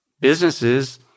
businesses